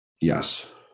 Yes